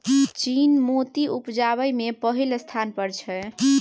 चीन मोती उपजाबै मे पहिल स्थान पर छै